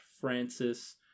Francis